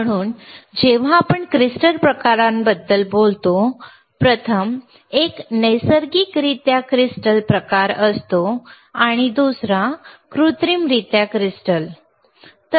म्हणून जेव्हा आपण क्रिस्टल प्रकारांबद्दल बोलतो प्रथम एक नैसर्गिकरित्या क्रिस्टल प्रकार असतो आणि दुसरा कृत्रिमरित्या क्रिस्टल्स असतो